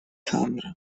sandra